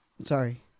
Sorry